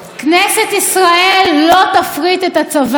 כנסת ישראל לא תפריט את הצבא.